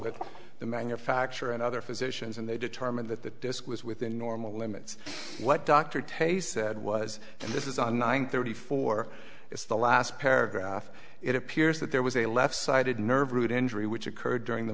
with the manufacturer and other physicians and they determined that the disk was within normal limits what dr tae said was and this is a nine thirty four it's the last paragraph it appears that there was a left sided nerve root injury which occurred during the